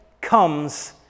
comes